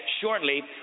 shortly